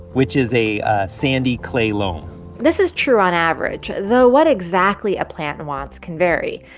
which is a sandy clay loam this is true on average, though what exactly a plant wants can vary.